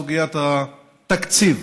סוגיית התקציב,